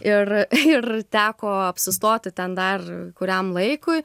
ir ir teko apsistoti ten dar kuriam laikui